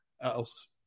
else